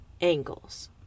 angles